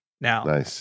Now